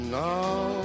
now